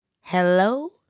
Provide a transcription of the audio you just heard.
Hello